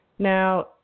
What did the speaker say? now